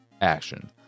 action